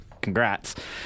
congrats